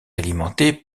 alimenté